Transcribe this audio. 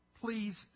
Please